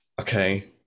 okay